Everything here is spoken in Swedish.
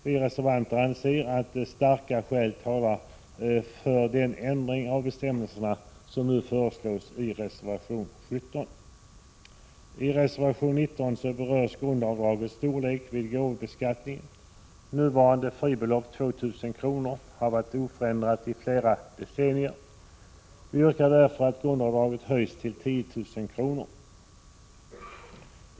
Vi reservanter anser att starka skäl talar för den ändring av bestämmelserna som nu föreslås i reservation 17. I reservation 19 berörs grundavdragets storlek vid gåvobeskattningen. Nuvarande fribelopp på 2 000 kr. har varit oförändrat i flera decennier. Vi yrkar därför att grundavdraget höjs till 10 000 kr.